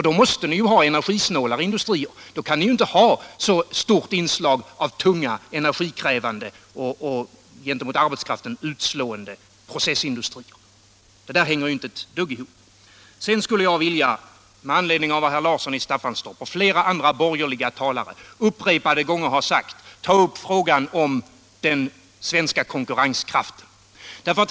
Då måste ni ju ha energisnålare industrier, då kan ni inte ha så stort inslag av tunga, energikrävande och gentemot arbetskraften utslående processindustrier. Det där hänger ju inte ett dugg ihop. Med anledning av vad herr Larsson i Staffanstorp och flera andra borgerliga talare upprepade gånger har sagt skulle jag vilja ta upp frågan om den svenska konkurrenskraften.